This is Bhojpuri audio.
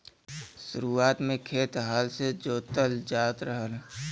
शुरुआत में खेत हल से जोतल जात रहल